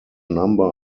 number